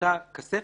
ובאותה כספת,